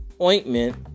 ointment